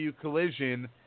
Collision